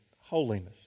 holiness